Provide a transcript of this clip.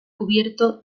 cubierto